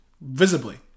visibly